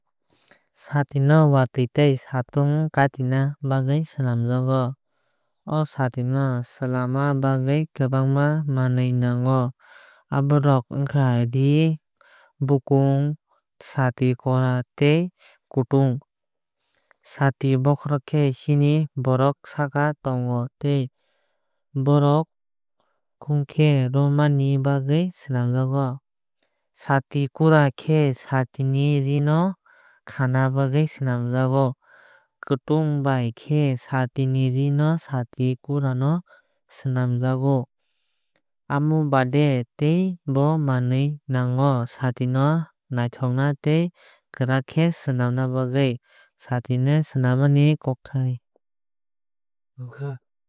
Sati no watwi tai satung katinai bagwi swlamjago. O sati no swlamna bagwi kwbangma manwi nango abo rok ongkha ree bokong sati kura tei kwtung. Sati bokhorok khe chini bokhorok saka tongo tei bokong no khe romnani bagwi swnamjago. Sati kura khe sati ni ree no khana bagwi swnamjago. Khwtung bai khe sati ni ree and sati kura no subjago. Amo baade bo tei tebo manwui nango sati no naithok tei kwrak khe swnamna bagwi. Sati no swnam mani kokthai.